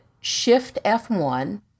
Shift-F1